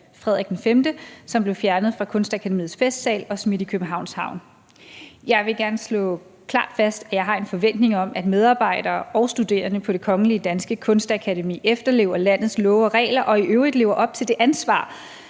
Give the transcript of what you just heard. som blev fjernet fra Kunstakademiets festsal og smidt i Københavns Havn. Jeg vil gerne slå klart fast, at jeg har en forventning om, at medarbejdere og studerende på Det Kongelige Danske Kunstakademi efterlever landets love og regler og i øvrigt lever op til det ansvar,